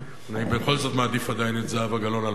אני בכל זאת מעדיף עדיין את זהבה גלאון על פניך,